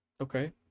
Okay